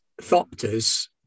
thopters